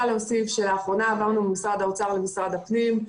לאחרונה עברנו משמרד האוצר למשרד הפנים.